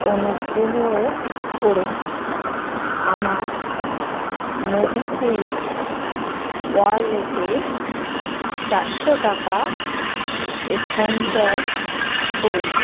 অনুগ্রহ করে আমার মোবিকুইক ওয়ালেটে চারশো টাকা স্থানান্তর করুন